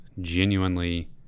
genuinely